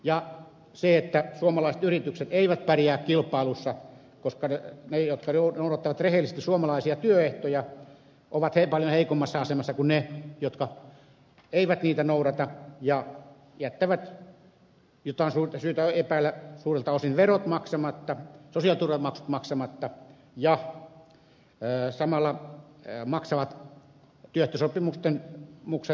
ja se että suomalaiset yritykset eivät pärjää kilpailussa johtuu siitä että ne jotka noudattavat rehellisesti suomalaisia työehtoja ovat paljon heikommassa asemassa kuin ne jotka eivät niitä noudata ja jättävät jota on suurta syytä epäillä suurelta osin verot maksamatta sosiaaliturvamaksut maksamatta ja samalla maksavat työehtosopimukset alittavia palkkoja